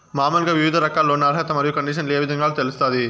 మామూలుగా వివిధ రకాల లోను అర్హత మరియు కండిషన్లు ఏ విధంగా తెలుస్తాది?